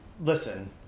listen